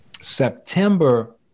September